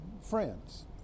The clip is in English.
friends